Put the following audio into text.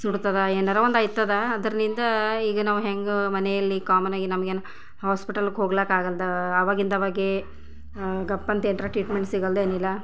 ಸುಡ್ತದ ಏನಾರ ಒಂದು ಆಯ್ತದ ಅದರಿಂದ ಈಗ ನಾವು ಹೆಂಗೆ ಮನೆಯಲ್ಲಿ ಕಾಮನ್ ಆಗಿ ನಮ್ಗೇನು ಹೊಸ್ಪಿಟಲ್ಗೆ ಹೋಗ್ಲಕ್ಕ ಆಗಲ್ದು ಅವಾಗಿಂದ ಆವಾಗೆ ಗಪ್ ಅಂತ್ ಏನಾರ ಟ್ರೀಟ್ಮೆಂಟ್ ಸಿಗಲ್ದು ಏನಿಲ್ಲ